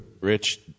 rich